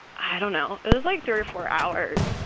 i don't know it was like three or four hours,